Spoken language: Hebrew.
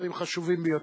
דברים חשובים ביותר.